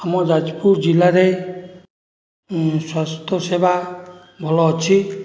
ଆମ ଯାଜପୁର ଜିଲ୍ଲାରେ ସ୍ୱାସ୍ଥ୍ୟସେବା ଭଲ ଅଛି